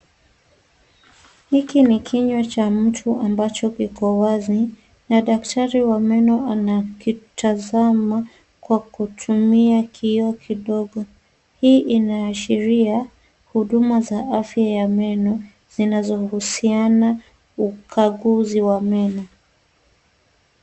Hiki ni kinywa cha mtu ambacho kiko wazi na daktari wa meno anakitazama kwa kutumia kioo kidogo. Hii inaashiria huduma za afya ya meno zinazohusiana ukaguzi wa meno.